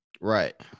right